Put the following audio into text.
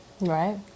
Right